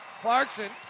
Clarkson